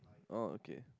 oh okay